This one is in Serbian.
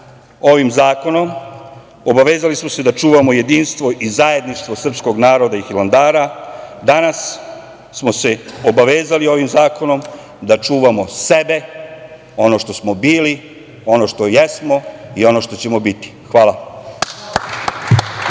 ovim zakonom obavezali smo se da čuvamo jedinstvo i zajedništvo srpskog naroda i Hilandara. Danas smo se obavezali ovim zakonom da čuvamo sebe, ono što smo bili, ono što jesmo i ono što ćemo biti. Hvala.